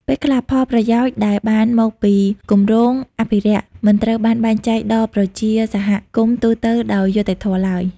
ពេលខ្លះផលប្រយោជន៍ដែលបានមកពីគម្រោងអភិរក្ស មិនត្រូវបានបែងចែកដល់ប្រជាសហគមន៍ទូទៅដោយយុត្តិធម៌ឡើយ។